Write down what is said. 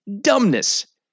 dumbness